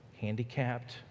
handicapped